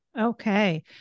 Okay